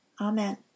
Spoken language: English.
Amen